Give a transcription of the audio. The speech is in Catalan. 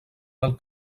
del